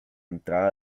entrada